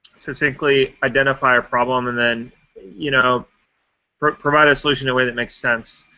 succinctly identify a problem and then you know provide a so so and way that makes sense.